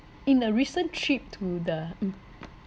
in a recent trip to the mm